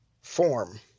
form